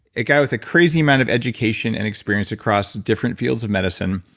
a guy with a crazy amount of education and experience across different fields of medicine,